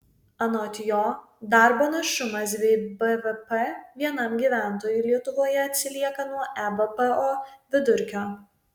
anot jo darbo našumas bei bvp vienam gyventojui lietuvoje atsilieka nuo ebpo vidurkio